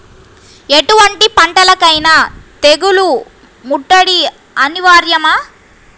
ఎటువంటి పంటలకైన తెగులు ముట్టడి అనివార్యమా?